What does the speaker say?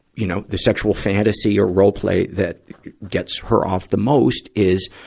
you know, the sexual fantasy or role play that gets her off the most is,